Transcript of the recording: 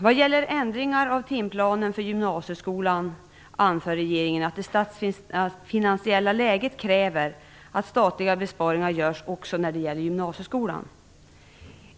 Vad gäller ändringar av timplanen för gymnasieskolan anför regeringen att det statsfinansiella läget kräver att statliga besparingar görs också när det gäller gymnasieskolan.